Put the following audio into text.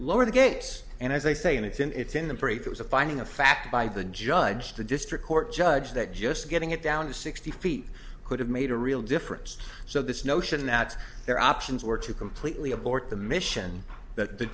lower the gates and as they say in it's in it's in the parade was a finding of fact by the judge the district court judge that just getting it down to sixty feet could have made a real difference so this notion that their options were to completely abort the mission that the